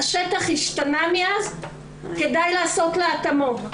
השטח השתנה מאז, כדאי לעשות לה התאמות.